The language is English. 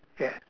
yes